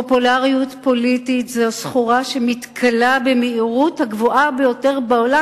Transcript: ופופולריות פוליטית זו סחורה המתכלה במהירות הגבוהה ביותר בעולם.